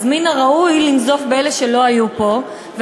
אז מן הראוי לנזוף באלה שלא היו פה,